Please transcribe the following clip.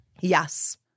Yes